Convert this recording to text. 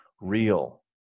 real